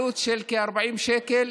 עלות של כ-40 שקל.